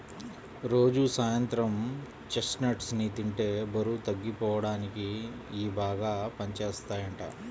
రోజూ సాయంత్రం చెస్ట్నట్స్ ని తింటే బరువు తగ్గిపోడానికి ఇయ్యి బాగా పనిజేత్తయ్యంట